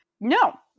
No